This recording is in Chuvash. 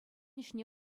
ӗҫне